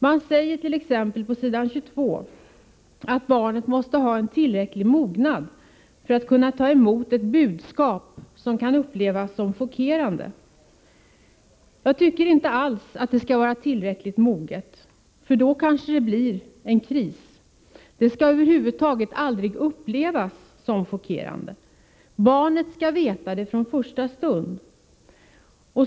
Man säger t.ex. på s. 22 att barnet måste ha en tillräcklig mognad för att kunna ta emot ett budskap som kan upplevas som chockerande. Jag tycker inte alls att barnet skall vara ”tillräckligt moget”, för då kanske det blir en kris. Det skall över huvud taget aldrig upplevas som chockerande. Barnet skall veta det från först stund.